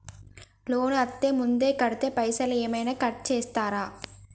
Loan అత్తే ముందే కడితే పైసలు ఏమైనా కట్ చేస్తరా?